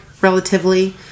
relatively